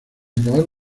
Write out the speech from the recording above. acabar